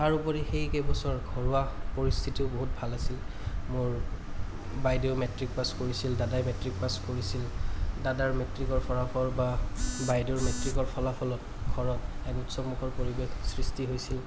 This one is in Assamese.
তাৰোপৰি সেই কেইবছৰ ঘৰুৱা পৰিস্থিতিও বহুত ভাল আছিল মোৰ বাইদেউ মেট্ৰিক পাছ কৰিছিল মোৰ দাদাই মেট্ৰিক পাছ কৰিছিল দাদাৰ মেট্ৰিকৰ ফলাফল বা বাইদেউৰ মেট্ৰিকৰ ফলাফলত ঘৰত এক উৎসৱমুখৰ পৰিৱেশ সৃষ্টি হৈছিল